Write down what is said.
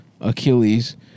Achilles